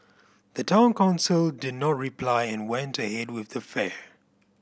the Town Council did not reply and went ahead with the fair